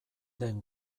den